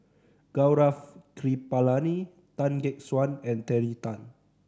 Gaurav Kripalani Tan Gek Suan and Terry Tan